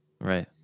Right